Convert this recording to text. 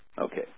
Okay